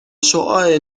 شعاع